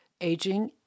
Aging